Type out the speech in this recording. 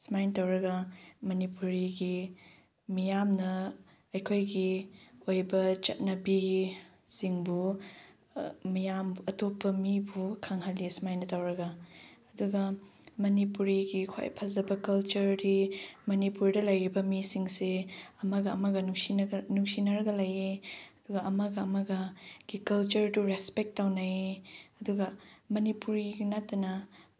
ꯁꯨꯃꯥꯏꯅ ꯇꯧꯔꯒ ꯃꯅꯤꯄꯨꯔꯤꯒꯤ ꯃꯤꯌꯥꯝꯅ ꯑꯩꯈꯣꯏꯒꯤ ꯑꯣꯏꯕ ꯆꯠꯅꯕꯤ ꯁꯤꯡꯕꯨ ꯃꯤꯌꯥꯝꯕꯨ ꯑꯇꯣꯞꯄ ꯃꯤꯕꯨ ꯈꯪꯍꯜꯂꯤ ꯑꯁꯨꯃꯥꯏꯅ ꯇꯧꯔꯒ ꯑꯗꯨꯒ ꯃꯅꯤꯄꯨꯔꯤꯒꯤ ꯈ꯭ꯋꯥꯏ ꯐꯖꯕ ꯀꯜꯆꯔꯗꯤ ꯃꯅꯤꯄꯨꯔꯗ ꯂꯩꯔꯤꯕ ꯃꯤꯁꯤꯡꯁꯦ ꯑꯃꯒ ꯑꯃꯒ ꯅꯨꯡꯁꯤꯅꯔꯒ ꯂꯩꯌꯦ ꯑꯗꯨꯒ ꯑꯃꯒ ꯑꯃꯒꯒꯤ ꯀꯜꯆꯔꯗꯨ ꯔꯦꯁꯄꯦꯛ ꯇꯧꯅꯩꯌꯦ ꯑꯗꯨꯒ ꯃꯅꯤꯄꯨꯔꯤꯒꯤ ꯅꯠꯇꯅ